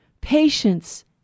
patience